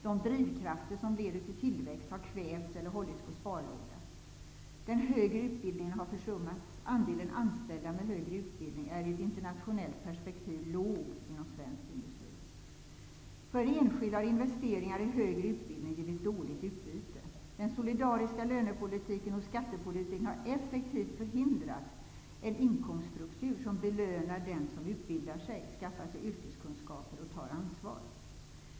De drivkrafter som leder till tillväxt har kvävts eller hållits på sparlåga. Den högre utbildningen har försummats. Andelen anställda med högre utbildning är i ett internationellt perspektiv låg inom svensk industri. För den enskilde har investeringar i högre utbildning givit dåligt utbyte. Den solidariska lönepolitiken och skattepolitiken har effektivt förhindrat en inkomststruktur som belönar den som utbildar sig, skaffar sig yrkeskunskaper och tar ansvar.